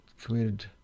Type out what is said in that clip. committed